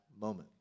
moment